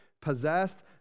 possessed